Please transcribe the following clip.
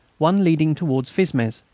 one leading towards fismes,